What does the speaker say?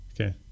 Okay